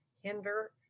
hinder